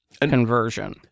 conversion